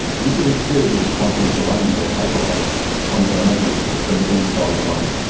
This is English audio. you could entirely be responsible for running your own hypervisor on a bare metal instance, because you can install and run it.